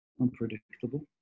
unpredictable